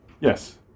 Yes